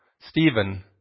Stephen